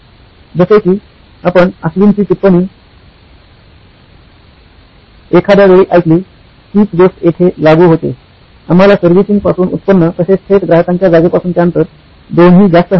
जसे की आपण अश्विनची टिप्पणी एखाद्या वेळी ऐकली हीच गोष्ट येथे लागू होते आम्हाला सर्व्हिसिंगपासून उत्पन्न तसेच थेट ग्राहकांच्या जागेपासूनचे अंतर दोन्ही जास्त हवे आहे